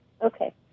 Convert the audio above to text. Okay